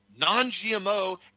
non-GMO